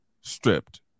stripped